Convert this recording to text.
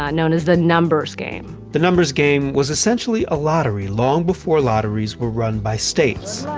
um known as the numbers game. the numbers game was essentially a lottery long before lotteries were run by states.